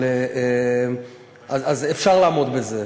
אז אפשר לעמוד בזה.